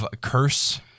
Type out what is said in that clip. curse